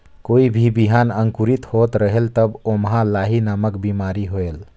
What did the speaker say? कोई भी बिहान अंकुरित होत रेहेल तब ओमा लाही नामक बिमारी होयल?